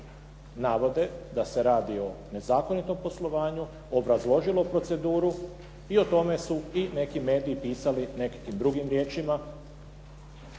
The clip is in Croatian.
navode da se radi o nezakonitom poslovanju, obrazložilo proceduru i o tome su i neki mediji pisali nekakvim drugim riječima,